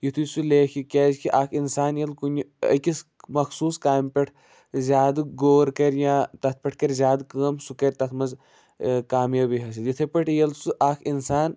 یُتھٕے سُہ لٮ۪کھہِ کیٛازِ کہِ اکھ اِںسان ییٚلہِ کُنہِ أکِس مخصوٗص کامہِ پٮ۪ٹھ زیادٕ غور کَرِ یا تَتھ پٮ۪ٹھ کَرِ زیادٕ کٲم سُہ کَرِ تَتھ منٛز کامیٲبی حٲصِل یِتھَے پٲٹھۍ ییٚلہِ سُہ اکھ اِنسان